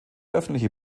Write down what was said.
öffentliche